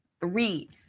Three